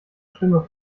stimme